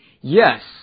yes